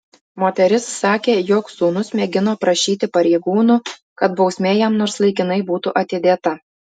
moteris sakė jog sūnus mėgino prašyti pareigūnų kad bausmė jam nors laikinai būtų atidėta